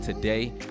Today